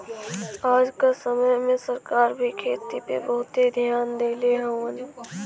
आज क समय में सरकार भी खेती पे बहुते धियान देले हउवन